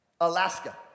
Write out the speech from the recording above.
Alaska